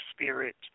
spirit